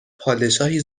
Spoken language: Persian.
پادشاهی